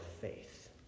faith